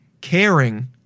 caring